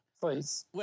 Please